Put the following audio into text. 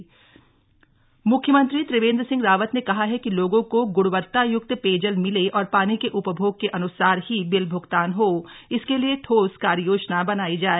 पेयजब CM म्ख्यमंत्री त्रिवेन्द्र सिंह रावत ने कहा है कि लोगों को ग्णवत्ता य्क्त पेयजल मिले और पानी के उपभोग के अन्सार ही बिल भ्गतान हो इसके लिए ठोस कार्ययोजना बनाई जाए